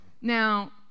Now